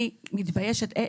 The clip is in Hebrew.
אני מתביישת,